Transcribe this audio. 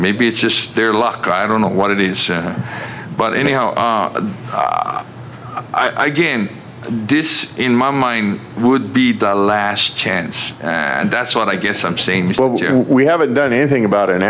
maybe it's just their luck i don't know what it is but anyhow i i gain does in my mind would be the last chance and that's what i guess i'm saying we haven't done anything about